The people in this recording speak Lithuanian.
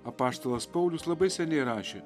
apaštalas paulius labai seniai rašė